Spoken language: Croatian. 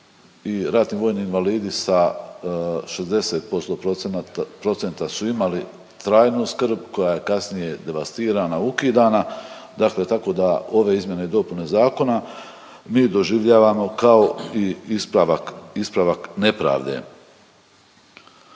ratni vojni invalidi sa 60% procenta su imali trajnu skrb koja je kasnije devastirana, ukidana, dakle tako da ove izmjene i dopune zakona mi doživljavamo kao i ispravak nepravde.